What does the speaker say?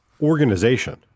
Organization